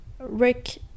Rick